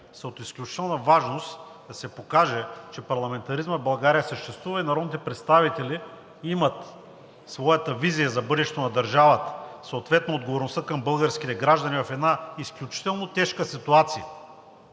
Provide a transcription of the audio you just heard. са от изключителна важност да се покаже, че парламентаризмът в България съществува и народните представители имат своята визия за бъдещето на държавата, съответно отговорността към българските граждани в една изключително тежка ситуация.